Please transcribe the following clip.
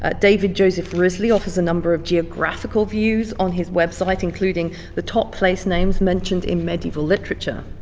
ah david joseph wrisley offers a number of geographical views on his website, including the top place names mentioned in medieval literature.